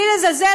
בלי לזלזל,